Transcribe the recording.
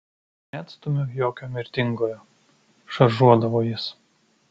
neatstumiu jokio mirtingojo šaržuodavo jis